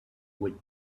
with